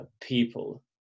people